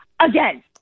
again